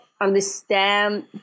understand